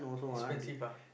expensive ah